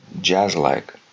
jazz-like